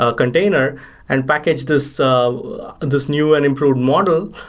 ah container and package this so this new and improved model,